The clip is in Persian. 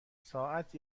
ساعت